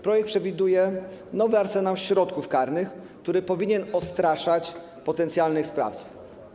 Projekt przewiduje nowy arsenał środków karnych, który powinien odstraszać potencjalnych sprawców.